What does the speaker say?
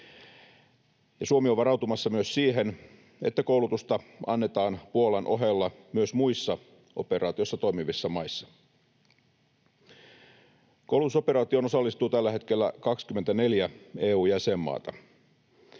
Suomi on varautumassa myös siihen, että koulutusta annetaan Puolan ohella myös muissa operaatiossa toimivissa maissa. Koulutusoperaatioon osallistuu tällä hetkellä 24 EU-jäsenmaata.